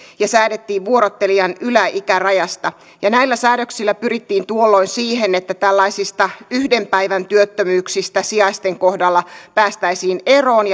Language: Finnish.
ja säädettiin vuorottelijan yläikärajasta näillä säädöksillä pyrittiin tuolloin siihen että tällaisista yhden päivän työttömyyksistä sijaisten kohdalla päästäisiin eroon